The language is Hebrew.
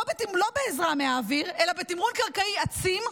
לא בעזרה מהאוויר אלא בתמרון קרקעי עצים,